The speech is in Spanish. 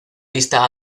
lista